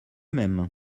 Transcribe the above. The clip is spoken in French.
même